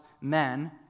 men